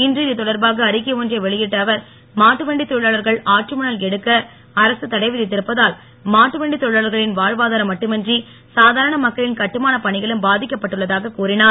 இன்று இது தொடர்பாக அறிக்கை ஒன்றை வெளியிட்ட அவர் மாட்டு வண்டித் தொழிலாளர்கள் ஆற்று மணல் எடுக்க அரசு தடை வித்திருப்பதால் மாட்டு வண்டித் தொழிலாளர்களின் வாழ்வாதாரம் மட்டுமின்றி சாதாரண மக்களின் கட்டுமானப் பணிகளும் பாதிக்கப்பட்டுள்ளதாகக் கூறிஞர்